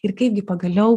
ir kaipgi pagaliau